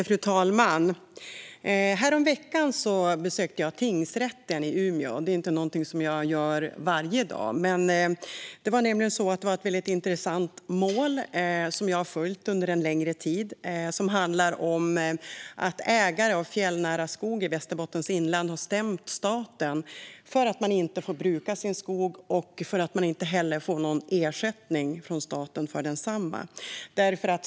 Fru talman! Häromveckan besökte jag Umeå tingsrätt. Det är inte någonting som jag gör varje dag, men det var ett väldigt intressant mål som jag har följt under en längre tid. Det handlar om att ägare av fjällnära skog i Västerbottens inland har stämt staten för att de inte får bruka sin skog och för att de inte heller får någon ersättning från staten för densamma.